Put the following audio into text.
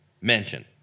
mention